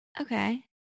Okay